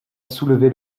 soulevé